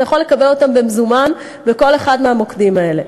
אתה יכול לקבל אותם במזומן בכל אחד מהמוקדים האלה.